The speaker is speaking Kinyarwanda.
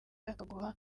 akaguha